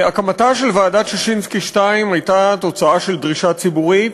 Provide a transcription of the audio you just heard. הקמתה של ועדת ששינסקי השנייה הייתה תוצאה של דרישה ציבורית,